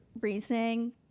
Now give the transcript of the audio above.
reasoning